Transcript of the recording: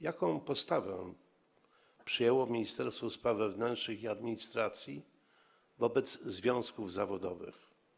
Jaką postawę przyjęło Ministerstwo Spraw Wewnętrznych i Administracji wobec związków zawodowych?